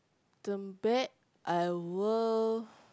I will